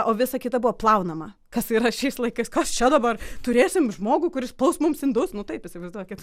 o visa kita buvo plaunama kas yra šiais laikais kas čia dabar turėsim žmogų kuris plaus mums indus nu taip įsivaizduokit